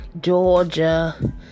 Georgia